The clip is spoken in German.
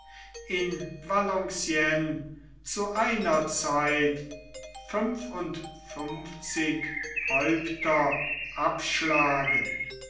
in valenciennes zu einer zeit fünf und fünfzig häupter abschlagen